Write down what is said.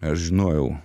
aš žinojau